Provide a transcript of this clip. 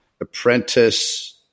apprentice